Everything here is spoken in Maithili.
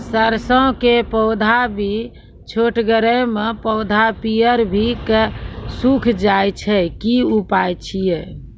सरसों के पौधा भी छोटगरे मे पौधा पीयर भो कऽ सूख जाय छै, की उपाय छियै?